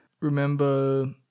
remember